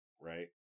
right